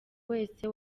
wese